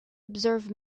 observe